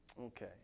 okay